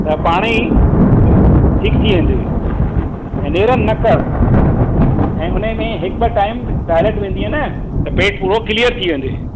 त पाण ई ठीकु थी वेंदइ ऐं नेरनि न कर ऐं उनमें हिकु ॿ टाइम टॉइलेट वेंदीअ न त पेटु पूरो किलिअर थी वेंदइ